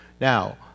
Now